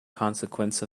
consequence